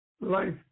life